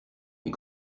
les